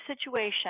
situation